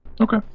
Okay